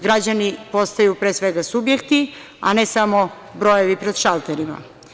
Građani postaju, pre svega, subjekti, a ne samo brojevi pred šalterima.